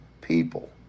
people